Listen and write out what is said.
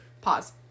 pause